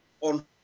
on